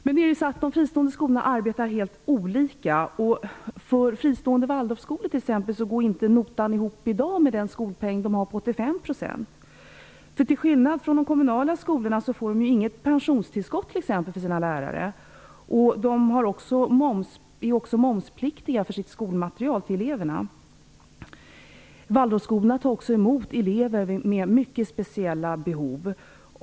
De fristående skolorna arbetar helt olika. För t.ex. fristående Waldorfskolor går notan inte ihop i dag med en skolpeng på 85 %. Till skillnad från i de kommunala skolorna får lärarna inget pensionstillskott. Det skolmaterial som eleverna får är belagt med moms. Waldorfskolor tar också emot elever med mycket speciella behov.